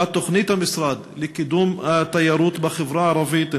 מהי תוכנית המשרד לקידום התיירות בחברה הערבית?